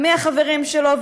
ומי החברים שלו,